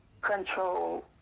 control